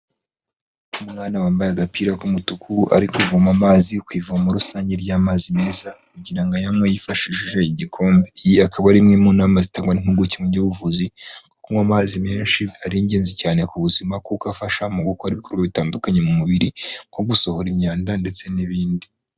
Umwana wambaye agapira k'umutuku ari kuvoma amazi ku ivomo rusange ry'amazi meza kugira ngo ayanwe yifashishije igikombe, iyi akaba ari imwe mu nama zitangwa n'impuguke mu by'ubuvuzi, kunywa amazi menshi ari ingenzi cyane ku buzima kuko afasha mu gukora ibikorwa bitandukanye mu mubiri nko gusohora imyanda ndetse n'ibindi.